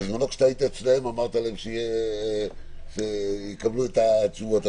בזמנו כשאתה היית אצלם אמרת שהם יקבלו את התשובות.